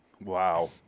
wow